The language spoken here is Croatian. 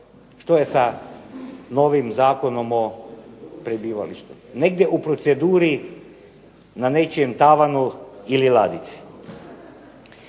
Što je sa novim Zakonom o prebivalištu? Negdje u proceduri na nečijem tavanu ili ladici.